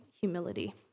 humility